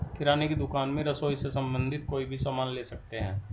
किराने की दुकान में रसोई से संबंधित कोई भी सामान ले सकते हैं